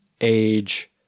age